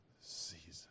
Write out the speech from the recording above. season